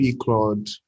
Claude